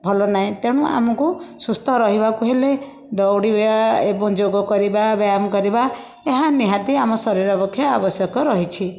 ଭଲ ନାହିଁ ତେଣୁ ଆମକୁ ସୁସ୍ଥ ରହିବାକୁ ହେଲେ ଦଉଡ଼ିବା ଏବଂ ଯୋଗ କରିବା ବ୍ୟାୟାମ କରିବା ଏହା ନିହାତି ଆମ ଶରୀର ପକ୍ଷେ ଆବଶ୍ୟକ ରହିଛି